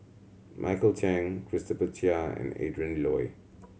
Michael Chiang Christopher Chia and Adrin Loi